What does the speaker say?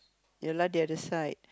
ya lah the other side